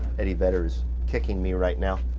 eddie vedder is kicking me right now.